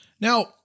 Now